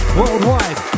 worldwide